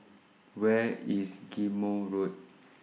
Where IS Ghim Moh Road